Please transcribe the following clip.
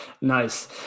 Nice